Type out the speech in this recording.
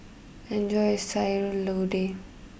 enjoy your Sayur Lodeh